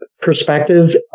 perspective